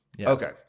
Okay